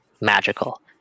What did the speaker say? magical